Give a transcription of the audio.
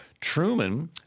Truman